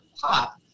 pop